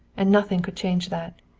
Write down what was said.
and nothing could change that.